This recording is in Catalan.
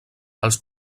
els